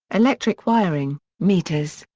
electric wiring, meters,